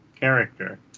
character